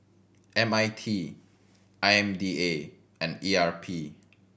M I T I M D A and E R P